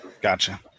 Gotcha